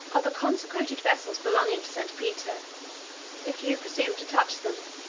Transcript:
are the consecrated vessels belonging to st. peter if you presume to touch them,